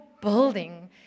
building